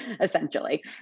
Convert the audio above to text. essentially